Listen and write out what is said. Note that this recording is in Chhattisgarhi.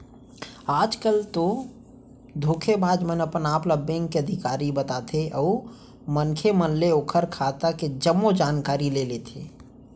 आज कल तो धोखेबाज मन अपन आप ल बेंक के अधिकारी बताथे अउ मनखे मन ले ओखर खाता के जम्मो जानकारी ले लेथे